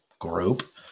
group